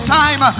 time